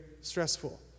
stressful